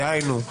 דהיינו,